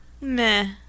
meh